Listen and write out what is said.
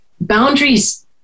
boundaries